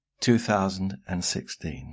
2016